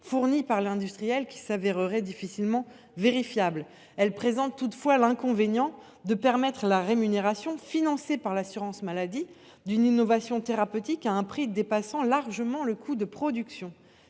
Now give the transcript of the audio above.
fournies par l’industriel, qui se révéleraient difficilement vérifiables ; mais elle présente l’inconvénient de permettre la rémunération, financée par l’assurance maladie, d’une innovation thérapeutique à un prix dépassant largement le coût de production.